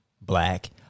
black